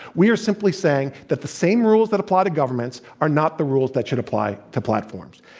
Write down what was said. we are simply saying that the same rules that apply to governments are not the rules that should apply to platforms.